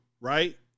right